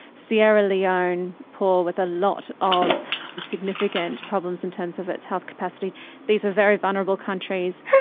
sierra leone, poor, with a lot of significant problems in terms of its health capacity these were very vulnerable countries.